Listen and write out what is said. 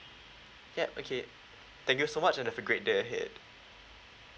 yup okay thank you so much have a great day ahead